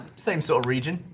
same soul region,